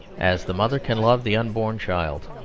as the mother can love the unborn child.